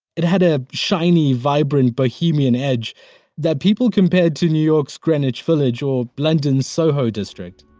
it had a shiny, vibrant bohemian edge that people compared to new york's greenwich village or london's soho district